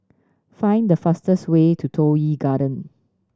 find the fastest way to Toh Yi Garden